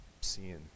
Seeing